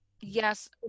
yes